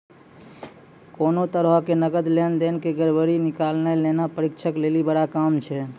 कोनो तरहो के नकद लेन देन के गड़बड़ी निकालनाय लेखा परीक्षक लेली बड़ा काम छै